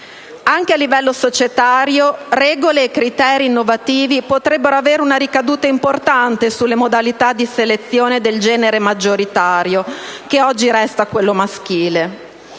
Anche a livello societario, regole e criteri innovativi potrebbero avere una ricaduta importante sulle modalità di selezione del genere maggioritario, che oggi resta quello maschile.